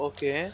Okay